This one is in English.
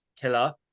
killer